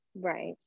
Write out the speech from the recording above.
Right